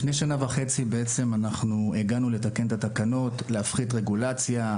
לפני שנה וחצי הגענו לתקן את התקנות להפחית רגולציה,